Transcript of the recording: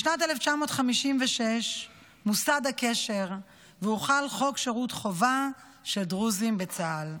בשנת 1956 מוסד הקשר והוחל חוק שירות חובה של דרוזים בצה"ל.